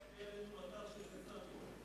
הביאה עלינו מטח של "קסאמים".